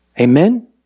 Amen